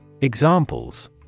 Examples